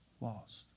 lost